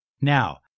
Now